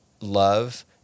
love